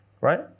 right